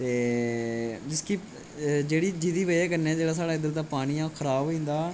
ते जिसकी जेह्ड़ी बजहै कन्नै जेह्ड़ा पानी ऐ ओह् खराब होई अंदा